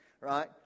Right